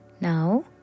Now